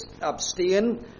abstain